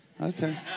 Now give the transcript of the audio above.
Okay